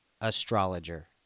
astrologer